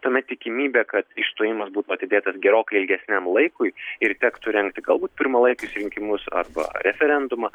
tuomet tikimybė kad išstojimas būtų atidėtas gerokai ilgesniam laikui ir tektų rengti galbūt pirmalaikius rinkimus arba referendumą